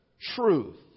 truth